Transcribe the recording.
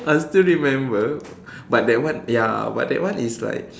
I still remember but that one ya but that one is like